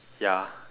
ya